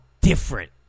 different